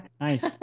nice